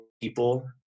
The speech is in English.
people